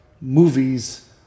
movies